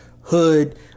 hood